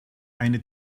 eine